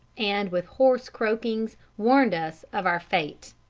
and with hoarse croakings warned us of our fate.